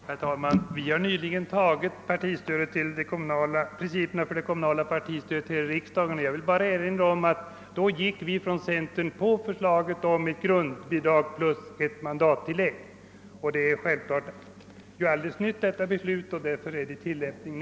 Herr talman! Riksdagen har ju nyligen beslutat om principerna för det kommunala partistödet. Jag vill bara erinra om att vi från centerpartiet då föreslog ett grundbidrag plus ett tillägg per mandat. Detta system är således alldeles nytt, och man bör väl ett tag avvakta resultatet av tillämpningen.